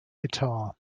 guitar